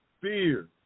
Fear